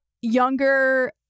younger